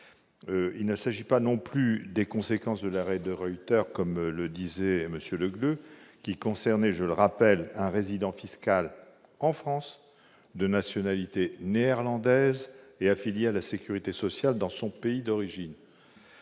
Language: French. Il ne s'agit pas ici des conséquences de l'arrêt, comme le disait M. Le Gleut : cet arrêt concernait, je le rappelle, un résident fiscal en France de nationalité néerlandaise, affilié à la sécurité sociale dans son pays d'origine.